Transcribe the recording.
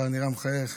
אתה נראה מחייך.